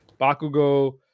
Bakugo